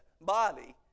body